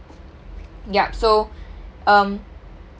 yup so um